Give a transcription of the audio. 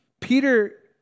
Peter